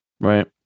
right